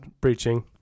preaching